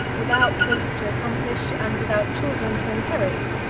without hope to accomplish, and without children to inherit,